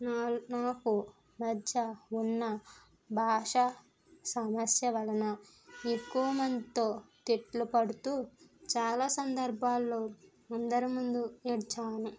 నా నాకు మధ్య ఉన్న భాష సమస్య వలన ఎక్కువమందితో తిట్లు పడుతు చాలా సందర్భాలలో అందరి ముందు ఏడ్చాను